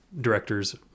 directors